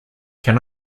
can